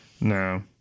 No